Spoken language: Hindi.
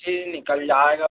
जी निकल जाएगा